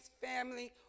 family